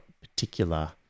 particular